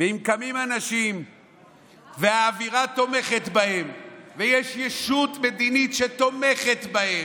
ואם קמים אנשים והאווירה תומכת בהם ויש ישות מדינית שתומכת בהם,